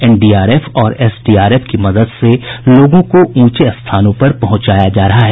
NDRF और SDRF की मदद से लोगों को ऊंचे स्थानों पर पहुंचाया जा रहा है